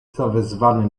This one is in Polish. zawezwany